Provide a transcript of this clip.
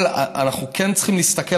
אבל אנחנו כן צריכים להסתכל,